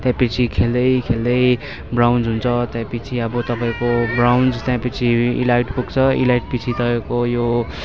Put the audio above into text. त्यहाँपिच्छे खेल्दै खेल्दै ब्रोन्ज हुन्छ त्यहाँपिच्छे अब तपाईँको ब्रोन्ज त्यहाँपिच्छे इलाइट पुग्छ इलाइटपिच्छे तपाईँको यो